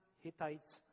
Hittites